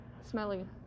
smelly